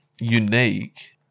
unique